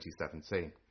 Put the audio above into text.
2017